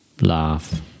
laugh